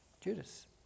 Judas